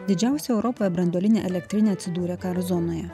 didžiausia europoje branduolinė elektrinė atsidūrė karo zonoje